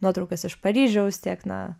nuotraukas iš paryžiaus tiek na